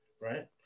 right